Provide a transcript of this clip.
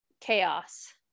chaos